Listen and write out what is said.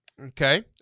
Okay